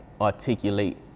articulate